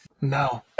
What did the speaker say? No